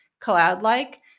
cloud-like